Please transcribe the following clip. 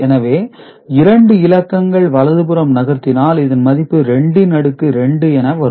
எனவே இரண்டு இலக்கங்கள் வலது புறம் நகர்த்தினால் இதன் மதிப்பு 2 ன் அடுக்கு 2 என வரும்